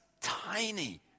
tiny